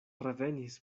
revenis